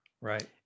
Right